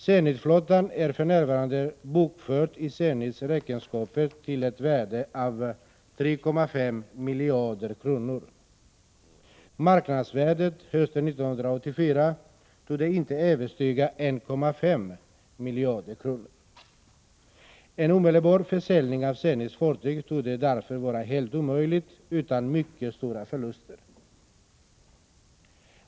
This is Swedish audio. Zenitflottan är för närvarande bokförd i Zenits räkenskaper till ett värde av 3,5 miljarder. Marknadsvärdet hösten 1984 torde inte överstiga 1,5 miljarder. En omedelbar försäljning av Zenits fartyg torde därför vara helt omöjlig utan mycket stora förluster.